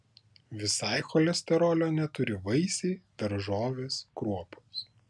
visai cholesterolio neturi vaisiai daržovės kruopos